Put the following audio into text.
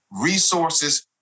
resources